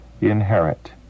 inherit